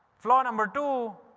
flaw number two,